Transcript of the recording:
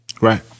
Right